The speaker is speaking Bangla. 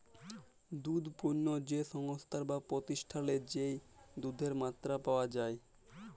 দুধ পণ্য যে সংস্থায় বা প্রতিষ্ঠালে যেই দুধের মাত্রা পাওয়া যাই